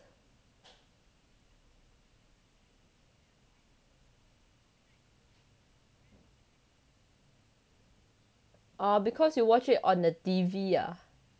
oh because you watch it on the T_V ah